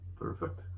Perfect